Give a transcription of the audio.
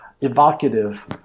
evocative